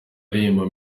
aririmba